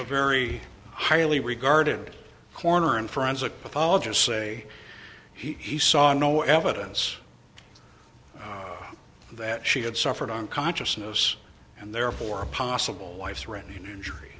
very highly regarded corner in forensic pathologist say he saw no evidence that she had suffered on consciousness and therefore a possible life threatening injury